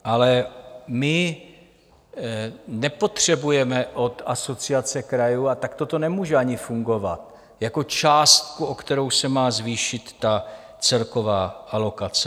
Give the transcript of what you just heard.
Ale my nepotřebujeme od Asociace krajů, a takto to nemůže ani fungovat, částku, o kterou se má zvýšit ta celková alokace.